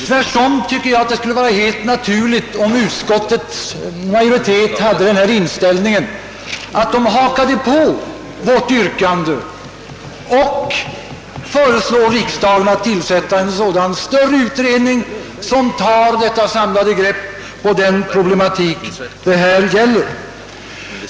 Tvärtom tycker jag att det vore helt naturligt om utskottets majoritet hade den inställningen att man »hakade på» vårt yrkande och föreslog riksdagen att tillsätta en sådan större utredning som tar ett samlat grepp på den problematik det här gäller.